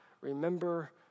remember